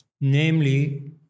namely